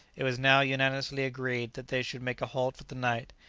it was now unanimously agreed that they should make a halt for the night,